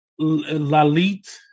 Lalit